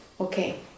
okay